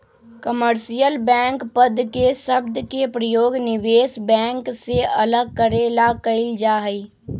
commercial bank पद के शब्द के प्रयोग निवेश बैंक से अलग करे ला कइल जा हई